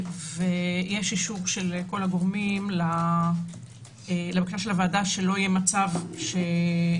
ויש אישור של כל הגורמים לבקשת הוועדה שאלא יהיה מצב שאדם